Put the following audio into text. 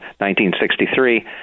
1963